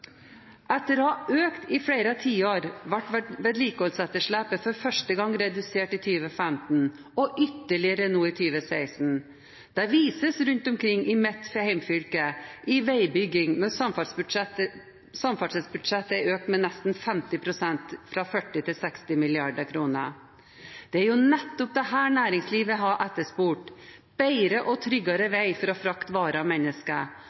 Etter å ha økt i flere tiår ble vedlikeholdsetterslepet for første gang redusert i 2015, og ytterligere nå i 2016. Det vises rundt omkring i mitt hjemfylke i veibygging at samferdselsbudsjettet er økt med nesten 50 pst., fra 40 mrd. til 60 mrd. kr. Det er nettopp dette næringslivet har etterspurt: bedre og tryggere vei for å frakte varer og mennesker,